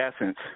essence